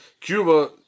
Cuba